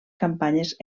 campanyes